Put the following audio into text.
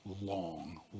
long